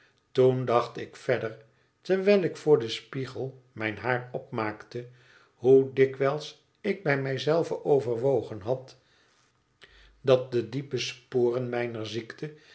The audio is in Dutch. toen dacht ik verder terwijl ik voor den spiegel mijn haar opmaakte hoe dikwijls ik bij mij zelve overwogen had dat de diepe sporen mijner ziekte